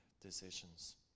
decisions